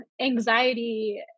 anxiety